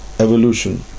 evolution